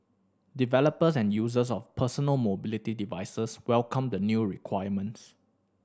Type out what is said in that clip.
developers and users of personal mobility devices welcomed the new requirements